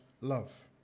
love